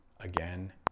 Again